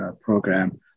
program